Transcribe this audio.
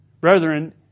brethren